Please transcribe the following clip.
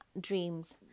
dreams